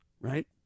right